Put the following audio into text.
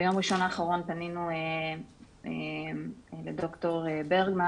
ביום ראשון האחרון פנינו לד"ר ברגמן